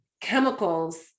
chemicals